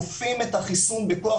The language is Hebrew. כופים את החיסון בכוח,